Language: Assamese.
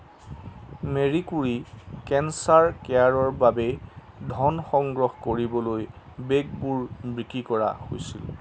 মেৰী কুৰী কেন্সাৰ কেয়াৰৰ বাবে ধন সংগ্ৰহ কৰিবলৈ বেগবোৰ বিক্ৰী কৰা হৈছিল